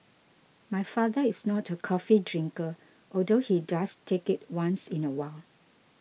my father is not a coffee drinker although he does take it once in a while